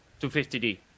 250D